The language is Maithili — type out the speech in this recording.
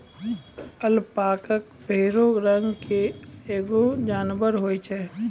अलपाका भेड़ो रंग के एगो जानबर होय छै